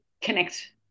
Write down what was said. connect